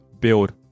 build